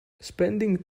spending